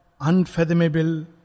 unfathomable